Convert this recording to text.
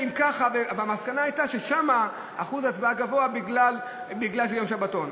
והמסקנה הייתה ששם אחוז ההצבעה גבוה מכיוון שיש יום שבתון?